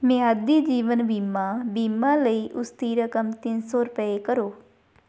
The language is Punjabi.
ਮਿਆਦੀ ਜੀਵਨ ਬੀਮਾ ਬੀਮਾ ਲਈ ਉਸ ਦੀ ਰਕਮ ਤਿੰਨ ਸੌ ਰੁਪਏ ਕਰੋ